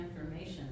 information